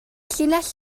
llinell